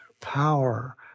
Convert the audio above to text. power